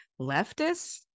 leftist